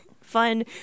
fun